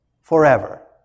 forever